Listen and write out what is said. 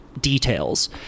details